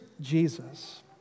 Jesus